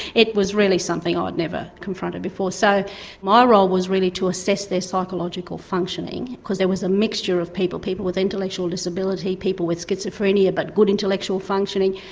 it was really something ah i'd never confronted before. so my role was really to assess their psychological functioning because there was a mixture of people, people with intellectual disability, people with schizophrenia but good intellectual functioning,